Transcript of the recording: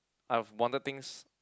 I've wanted things